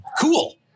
cool